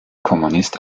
kommunist